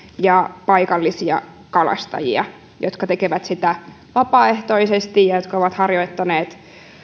ja paikallisia kalastajia jotka tekevät sitä vapaaehtoisesti ja jotka ovat harjoittaneet